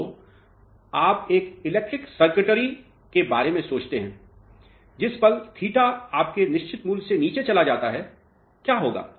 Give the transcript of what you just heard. तो आप एक इलेक्ट्रॉनिक सर्किटरी के बारे में सोचते हैं जिस पल थीटा अपने निश्चित मूल्य से नीचे चला जाता है क्या होगा